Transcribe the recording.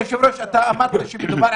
נכון.